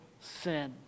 sin